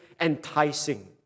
enticing